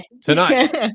tonight